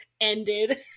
ended